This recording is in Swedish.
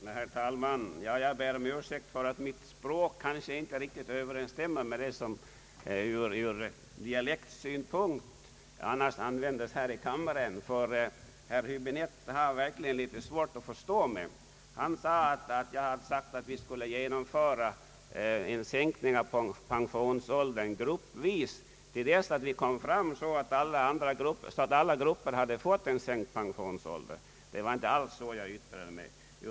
Herr talman! Jag ber om ursäkt för att min dialekt inte överensstämmer med den som annars brukar användas här i kammaren. Herr Häbinette har verkligen svårt att förstå mig. Enligt herr Häbinette skulle jag ha sagt att en sänkning av pensionsåldern borde genomföras gruppvis till dess en sådan reform blivit genomförd för alla grupper. Det var inte alls så jag yttrade mig.